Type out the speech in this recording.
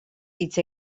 hitz